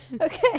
okay